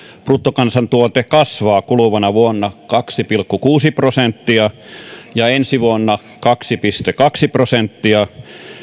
bruttokansantuote kasvaa kuluvana vuonna kaksi pilkku kuusi prosenttia ja ensi vuonna kaksi pilkku kaksi prosenttia